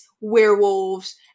werewolves